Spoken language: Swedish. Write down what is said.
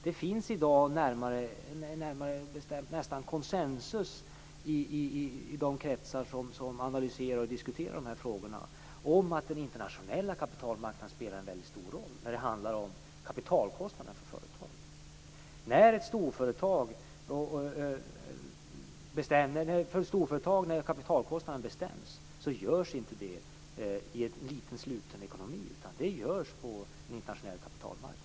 Det finns i dag närmast konsensus i de kretsar som analyserar och diskuterar frågorna om att den internationella kapitalmarknaden spelar en mycket stor roll när det handlar om kapitalkostnaden för företag. När kapitalkostnaden bestäms för ett storföretag sker inte det i en liten sluten ekonomi. Det sker på en internationell kapitalmarknad.